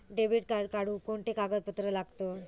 Debit card काढुक कोणते कागदपत्र लागतत?